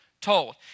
told